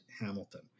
Hamilton